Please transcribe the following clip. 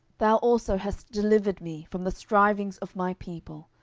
thou also hast delivered me from the strivings of my people,